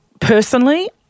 personally